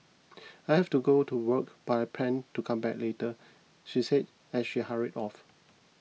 I have to go to work but I plan to come back later she said as she hurry off